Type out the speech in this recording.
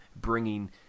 bringing